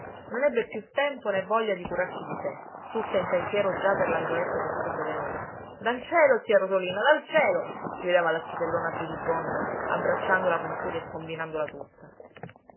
non ebbe piú tempo né voglia di curarsi di sé tutta in pensiero già per l'angioletto che sarebbe venuto dal cielo zia rosolina dal cielo gridava alla zitellona pudibonda abbracciandola con furia e scombinandola tutta